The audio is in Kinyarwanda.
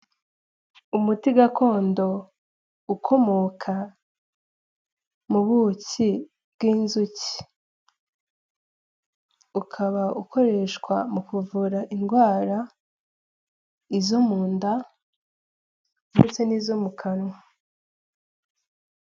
Umuti gakondo ukomoka mu buki bw'inzuki ukaba ukoreshwa mu kuvura indwara izo mu nda ndetse n'izo mu kanwa.